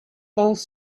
both